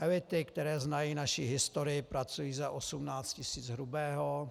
Elity, které znají naší historii, pracují za 18 tis. hrubého.